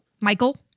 Michael